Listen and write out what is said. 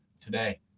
today